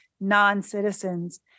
non-citizens